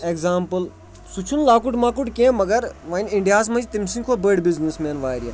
example سُہ چھُنہٕ لۄکُٹ مَکُٹ کینٛہہ مگر وۄنۍ اِنڈیاہَس منٛز چھِ تٔمۍ سٕنٛدۍ کھۄتہٕ بٔڑ بِزنٮ۪س مین واریاہ